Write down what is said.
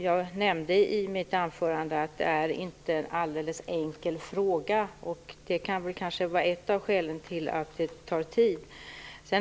Jag nämnde i mitt anförande att det gäller en fråga som inte är alldeles enkel. Det kan kanske vara ett av skälen till att det tar tid.